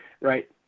right